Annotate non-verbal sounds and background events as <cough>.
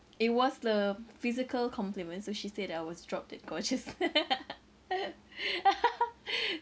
it was a physical compliment so she said that I was drop dead gorgeous <laughs>